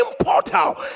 portal